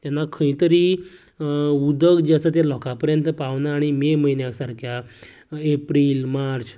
तेन्ना खंय तरी उदक जे आसा ते लोकां पर्यंत पावना आनी मे म्हयन्या सारक्या एप्रील मार्च